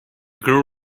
girl